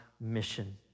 mission